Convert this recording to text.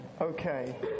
Okay